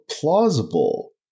plausible